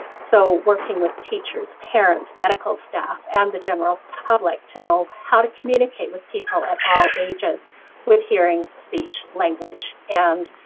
so working with teachers, parents, medical staff and the general public to know how to communicate with people at all ages with hearing, speech, language and